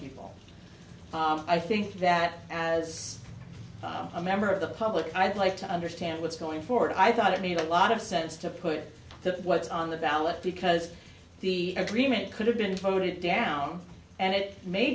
people i think that as a member of the public i'd like to understand what's going forward i thought it made a lot of sense to put the what's on the ballot because the agreement could have been voted down and it may